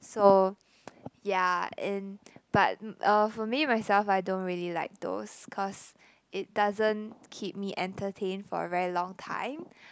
so ya and but uh for me myself I don't really like those cause it doesn't keep me entertained for a very long time